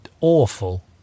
awful